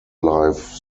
life